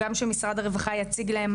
גם שמשרד הרווחה יציג להם,